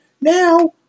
Now